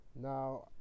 Now